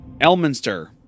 Elminster